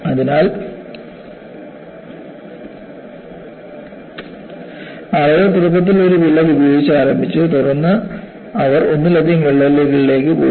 അതിനാൽ ആളുകൾ തുടക്കത്തിൽ ഒരു വിള്ളൽ ഉപയോഗിച്ച് ആരംഭിച്ചു തുടർന്ന് അവർ ഒന്നിലധികം വിള്ളലുകളിലേക്ക് പോയി